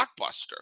blockbuster